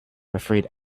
afraid